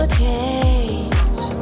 change